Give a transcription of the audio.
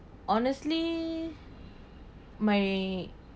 honestly my